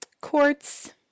quartz